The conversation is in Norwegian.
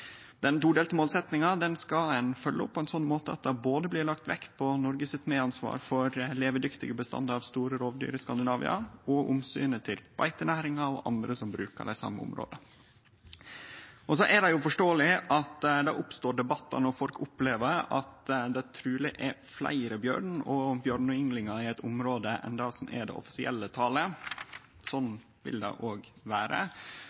Den todelte målsetjinga skal ein følgje opp på ein slik måte at det både blir lagt vekt på Noregs medansvar for levedyktige bestandar av store rovdyr i Skandinavia og omsynet til beitenæringa og andre som bruker dei same områda. Det er forståeleg at det oppstår debattar når folk opplever at det truleg er fleire bjørn og bjørneynglingar i eit område enn det som er det offisielle talet. Slik vil det òg vere,